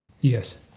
yes